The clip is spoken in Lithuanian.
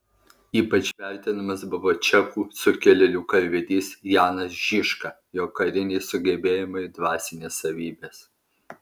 ypač vertinamas buvo čekų sukilėlių karvedys janas žižka jo kariniai sugebėjimai dvasinės savybės